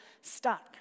stuck